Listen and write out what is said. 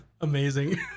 amazing